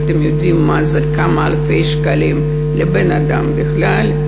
ואתם יודעים מה זה כמה אלפי שקלים לבן-אדם בכלל,